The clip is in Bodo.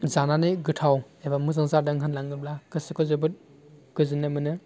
जानानै गोथाव एबा मोजां जादों होनलाङोब्ला गोसोखौ जोबोद गोजोन्नाय मोनो